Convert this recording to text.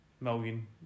million